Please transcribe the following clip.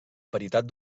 paritat